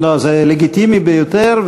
זה לגיטימי ביותר.